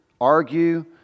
argue